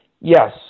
Yes